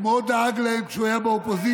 הוא מאוד דאג להם כשהוא היה באופוזיציה,